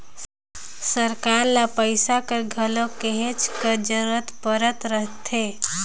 सरकार ल पइसा कर घलो कहेच कर जरूरत परत रहथे